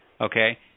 okay